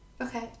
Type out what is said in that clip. Okay